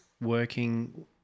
working